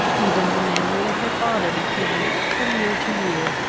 even the memory of her father became, from year to year,